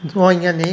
दवाइयां नेईं